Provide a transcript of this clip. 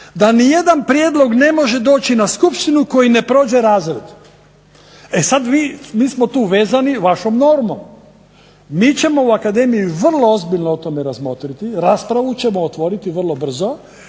da nijedan prijedlog ne može doći na skupštinu koji ne prođe razred. E sad vi, mi smo tu vezani vašom normom. Mi ćemo u Akademiji vrlo ozbiljno o tome razmotriti, raspravu ćemo otvoriti vrlo brzo